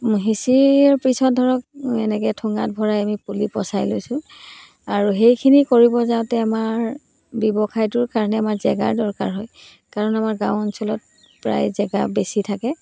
সিঁচি দিয়াৰ পিছত ধৰক এনেকৈ ঠোঙাত ভৰাই আমি পুলি পচাই লৈছোঁ আৰু সেইখিনি কৰিব যাওঁতে আমাৰ ব্যৱসায়টোৰ কাৰণে আমাৰ জেগাৰ দৰকাৰ হয় কাৰণ আমাৰ গাঁও অঞ্চলত প্ৰায় জেগা বেছি থাকে